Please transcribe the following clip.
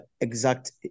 exact